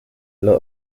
lot